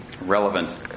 relevant